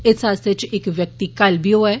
इस हादसे च इक व्यक्ति घायल बी होआ ऐ